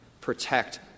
protect